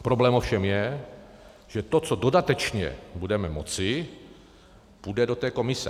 Problém ovšem je, že to, co dodatečně budeme moci, půjde do té komise.